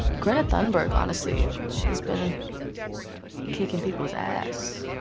greta thunberg, honestly. she's been fucking kicking people's ass.